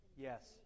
Yes